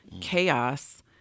chaos